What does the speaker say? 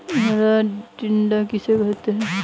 हरा टिड्डा किसे कहते हैं?